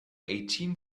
eighteen